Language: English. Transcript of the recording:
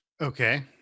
okay